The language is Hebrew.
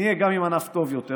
נהיה גם עם ענף טוב יותר,